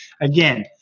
Again